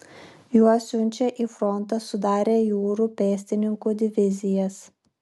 juos siunčia į frontą sudarę jūrų pėstininkų divizijas